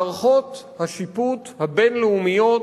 מערכות השיפוט הבין-לאומיות,